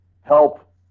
help